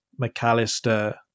McAllister